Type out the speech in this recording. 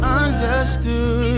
understood